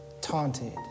taunted